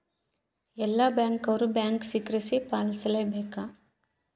ಎಲ್ಲ ಬ್ಯಾಂಕ್ ಅವ್ರು bank secrecy ಪಾಲಿಸಲೇ ಬೇಕ